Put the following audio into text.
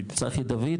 דויד,